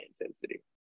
intensity